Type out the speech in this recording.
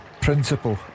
principle